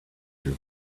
your